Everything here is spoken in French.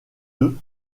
d’eux